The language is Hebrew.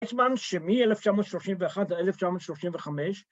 ‫בזמן שמ1931 עד 1935